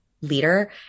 leader